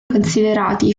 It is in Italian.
considerati